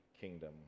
kingdom